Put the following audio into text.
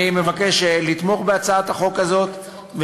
אני מבקש לתמוך בהצעת החוק הזאת.